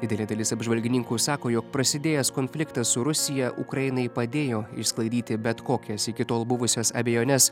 didelė dalis apžvalgininkų sako jog prasidėjęs konfliktas su rusija ukrainai padėjo išsklaidyti bet kokias iki tol buvusias abejones